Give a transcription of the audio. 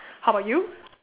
how about you